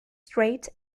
strait